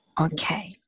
Okay